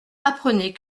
apprenez